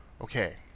Okay